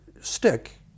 stick